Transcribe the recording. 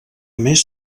més